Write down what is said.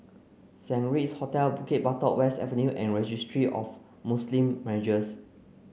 Saint Regis Hotel Bukit Batok West Avenue and Registry of Muslim Marriages